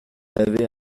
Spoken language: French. avait